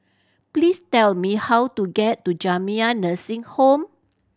please tell me how to get to Jamiyah Nursing Home